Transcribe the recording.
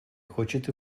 хочет